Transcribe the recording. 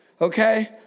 Okay